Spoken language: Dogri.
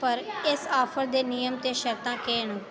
पर इस ऑफर दे नियम ते शर्तां केह् न